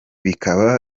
bikaba